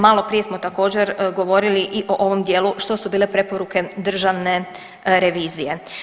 Maloprije smo također govorili i o ovom dijelu što su bile preporuke državne revizije.